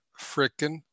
frickin